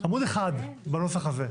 עמוד 1 בנוסח הזה.